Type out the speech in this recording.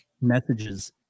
messages